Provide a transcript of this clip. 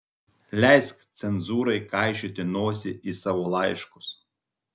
leisk cenzūrai kaišioti nosį į savo laiškus